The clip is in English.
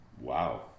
Wow